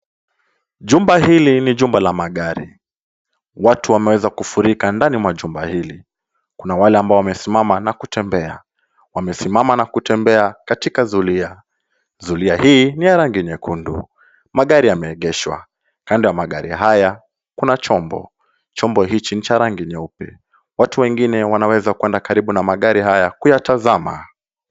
Jumba hili ni jumba la magari. Watu wameweza kufurika ndani mwa jumba hili. Kuna wale ambao wamesimama na kutembea, wamesimama na kutembea katika zulia. Zulia hii ni ya rangi nyekundu. Magari yameegeshwa, kando ya magari haya, kuna chombo. Chombo hichi ni cha rangi nyeupe. Watu wengine wanaweza kwenda karibu na magari haya kuyatazama.